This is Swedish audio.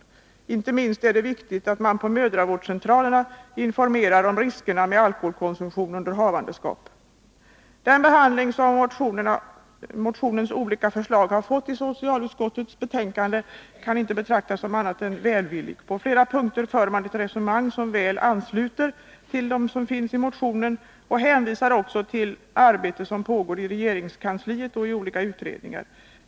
Det är inte minst viktigt att man på mödravårdscentralerna informerar om riskerna med alkoholkonsumtion under havandeskap. Den behandling som motionens olika förslag har fått i socialutskottets betänkande kan inte betraktas som annat än välvillig. På flera punkter för man ett resonemang som väl ansluter till dem som finns i motionen, och man hänvisar till det arbete som pågår i regeringskansliet och i olika utredningar.